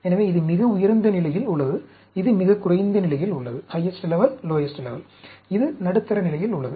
எனவே இது மிக உயர்ந்த நிலையில் உள்ளது இது மிகக் குறைந்த நிலையில் உள்ளது இது நடுத்தர நிலையில் உள்ளது